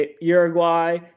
Uruguay